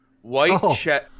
white